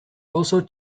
also